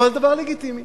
אבל דבר לגיטימי.